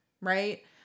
right